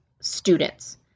students